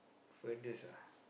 furthest ah